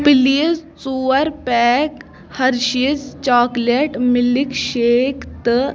please ژور pack Hershey's chocolate milk shake تہٕ